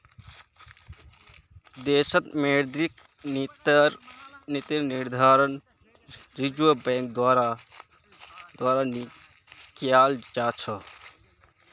देशत मौद्रिक नीतिर निर्धारण रिज़र्व बैंक द्वारा कियाल जा छ